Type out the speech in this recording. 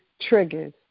triggers